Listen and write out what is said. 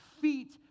feet